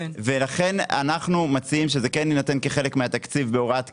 לכן אנחנו מציעים שזה כן יינתן כחלק מהתקציב בהוראת קבע,